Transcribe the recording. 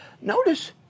notice